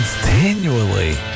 continually